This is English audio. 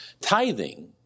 Tithing